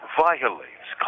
violates